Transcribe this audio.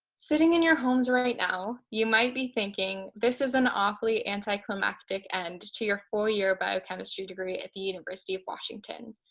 sitting in your homes right now, you might be thinking, this is an awfully anticlimactic end and to your four-year biochemistry degree at the university of washington.